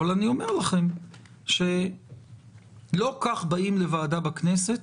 אבל אני אומר לכם שלא כך באים לוועדה בכנסת